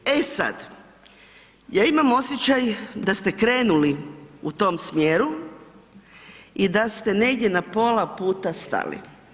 E sada, ja imam osjećaj da ste krenuli u tom smjeru i da ste negdje na pola puta stali.